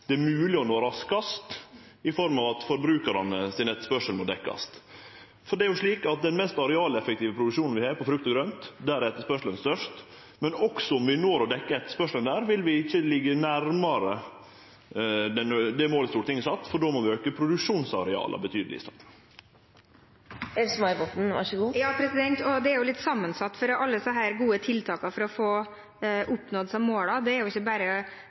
det er mogleg å nå raskast, i form av at etterspørselen frå forbrukarane må dekkjast. Det er jo slik at den mest arealeffektive produksjonen vi har, er på frukt og grønt, der etterspørselen er størst, men også om vi greier å dekkje etterspørselen der, vil vi ikkje liggje nærmare det målet Stortinget har sett, for då må vi auke produksjonsareala betydeleg i staden. Det er litt sammensatt, for alle disse gode tiltakene for å oppnå disse målene er ikke noe vi bare kan vedta her, men det har jo også med jordbruksoppgjøret å gjøre. Så det er jo